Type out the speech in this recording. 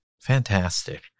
Fantastic